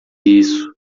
isso